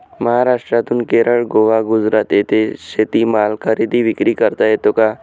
महाराष्ट्रातून केरळ, गोवा, गुजरात येथे शेतीमाल खरेदी विक्री करता येतो का?